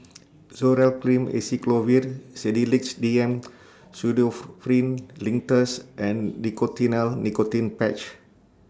Zoral Cream Acyclovir Sedilix D M Pseudoephrine Linctus and Nicotinell Nicotine Patch